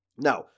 Now